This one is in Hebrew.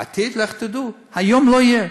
בעתיד, לכו תדעו, היום לא תהיה.